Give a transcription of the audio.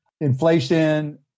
inflation